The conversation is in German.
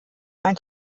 ein